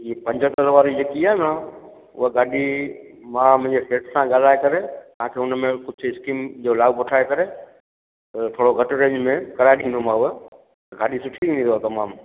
इहा पंजहत्तरि वारी जेकी आहे न उहा गाॾी मां मुंहिंजे सेठ सां ॻाल्हाए करे तव्हांखे उनमें कुझु स्कीम जो लाभु ठाहे करे थोरो घटि रेंज में कराए छॾींदोमांव गाॾी सुठी हूंदी उहा तमामु